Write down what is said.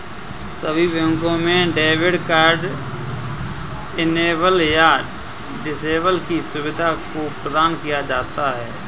सभी बैंकों में डेबिट कार्ड इनेबल या डिसेबल की सुविधा को प्रदान किया जाता है